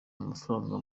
amafaranga